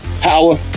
Power